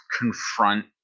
confront